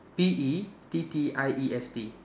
P E T T I E S T